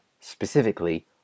specifically